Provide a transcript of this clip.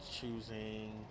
choosing